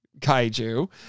kaiju